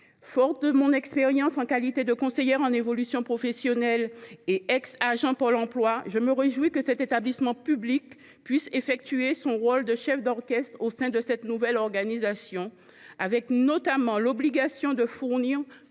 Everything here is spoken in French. Forte de mon expérience de conseillère en évolution professionnelle et d’ancienne agente de Pôle emploi, je me réjouis que cet établissement public puisse jouer son rôle de chef d’orchestre au sein de cette nouvelle organisation, avec notamment l’obligation de fournir